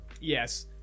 yes